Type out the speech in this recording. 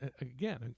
again